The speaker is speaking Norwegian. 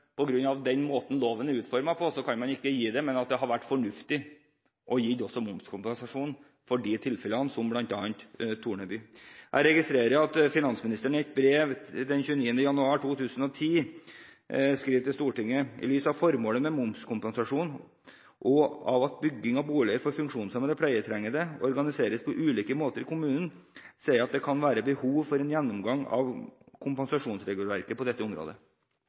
den måten loven er utformet på, kan man ikke gi momskompensasjon, men at det hadde vært fornuftig å gi i slike tilfeller, som bl.a. Torneby. Jeg registrerer at finansministeren i et brev den 29. januar 2010 skriver til Stortinget: «I lys av formålet med momskompensasjonsordningen og av at bygging av boliger for funksjonshemmede/pleietrengende organiseres på ulike måter i kommunene, ser jeg at det kan være behov for en gjennomgang av kompensasjonsregelverket på dette området.»